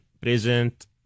present